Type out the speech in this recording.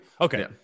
Okay